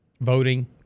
voting